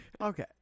Okay